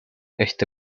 este